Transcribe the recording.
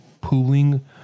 pooling